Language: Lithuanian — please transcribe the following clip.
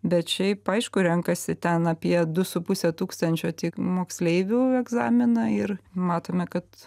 bet šiaip aišku renkasi ten apie du su puse tūkstančio tik moksleivių egzaminą ir matome kad